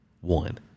One